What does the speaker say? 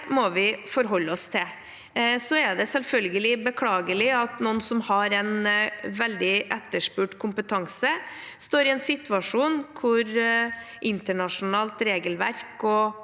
Det må vi forholde oss til. Det er selvfølgelig beklagelig at noen som har en veldig etterspurt kompetanse, står i en situasjon hvor internasjonalt regelverk og